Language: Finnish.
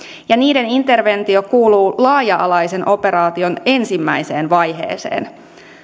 ja että niiden interventio kuuluu laaja alaisen operaation ensimmäiseen vaiheeseen